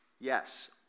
Yes